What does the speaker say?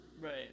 Right